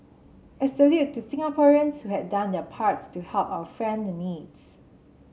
a salute to Singaporean' s who had done their parts to help our friend in needs